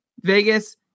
Vegas